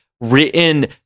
written